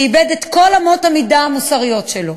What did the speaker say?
שאיבד את כל אמות המידה המוסריות שלו.